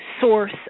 source